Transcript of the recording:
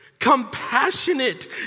compassionate